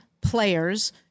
players